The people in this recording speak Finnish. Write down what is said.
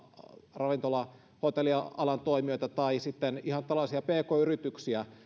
ravintola ja hotellialan toimijoita tai sitten ihan tällaisia pk yrityksiä